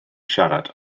siarad